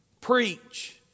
preach